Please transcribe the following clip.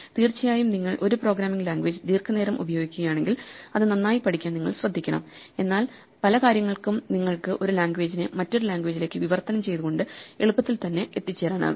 തീർച്ചയായും നിങ്ങൾ ഒരു പ്രോഗ്രാമിംഗ് ലാംഗ്വേജ് ദീർഘനേരം ഉപയോഗിക്കുകയാണെങ്കിൽ അത് നന്നായി പഠിക്കാൻ നിങ്ങൾ ശ്രദ്ധിക്കണം എന്നാൽ പല കാര്യങ്ങൾക്കും നിങ്ങൾക്ക് ഒരു ലാംഗ്വേജിനെ മറ്റൊരു ലാംഗ്വേജിലേക്ക് വിവർത്തനം ചെയ്തുകൊണ്ട് എളുപ്പത്തിൽ തന്നെ എത്തിച്ചേരാനാകും